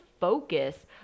focus